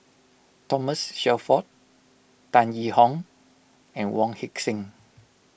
Thomas Shelford Tan Yee Hong and Wong Heck Sing